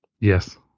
Yes